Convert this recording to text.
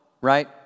right